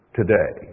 today